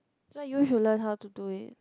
so you should learn how to do it